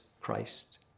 Christ